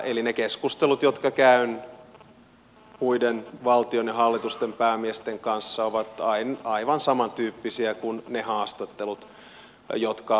eli ne keskustelut jotka käyn muiden valtion ja hallitusten päämiesten kanssa ovat aivan samantyyppisiä kuin ne haastattelut jotka annan